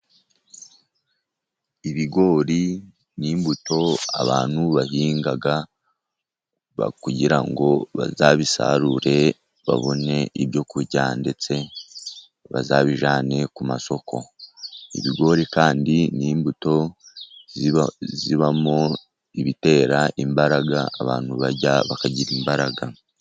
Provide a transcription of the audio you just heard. Ibigori ni imbuto abantu bahinga kugira ngo bazabisarure, babone ibyo kurya, ndetse bazabijyane ku masoko. Ibigori kandi ni imbuto zibamo ibitera imbaraga, abantu barya bakagira imbaraga.